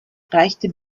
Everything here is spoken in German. reichte